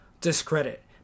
discredit